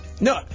No